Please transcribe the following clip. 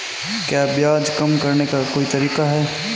क्या ब्याज कम करने का कोई तरीका है?